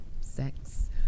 sex